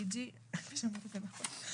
פיג'י, (35)